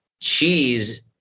cheese